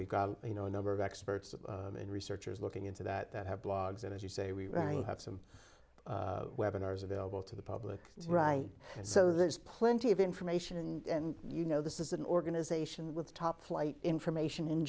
we've got you know a number of experts and researchers looking into that have blogs and as you say we have some webinars available to the public right so there's plenty of information and you know this is an organization with top flight information in